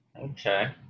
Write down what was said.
Okay